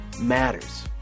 matters